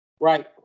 Right